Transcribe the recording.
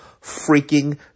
freaking